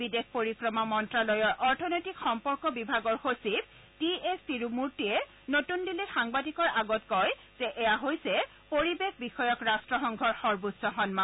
বিদেশ পৰিক্ৰমা মন্ত্ৰালয়ৰ অৰ্থনৈতিক সম্পৰ্ক বিভাগৰ সচিব টি এছ তিৰুমূৰ্তীয়ে নতুন দিল্লীত সাংবাদিকৰ আগত কয় যে এয়া হৈছে পৰিৱেশ বিষয়ক ৰাট্টসংঘৰ সৰ্বোচ্চ সন্মান